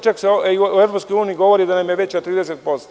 Čak se i u EU govori da nam je veća od 30%